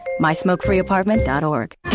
MySmokeFreeApartment.org